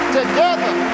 together